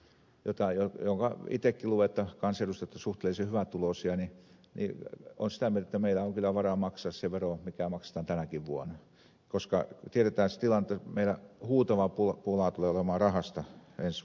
itsekin luulen että kansanedustajat ovat suhteellisen hyvätuloisia ja olen sitä mieltä että meillä on kyllä varaa maksaa se vero mikä maksetaan tänäkin vuonna koska tiedetään se tilanne jotta meillä huutava pula tulee olemaan rahasta ensi vuonna